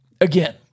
Again